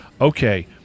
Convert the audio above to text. okay